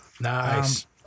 Nice